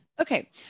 Okay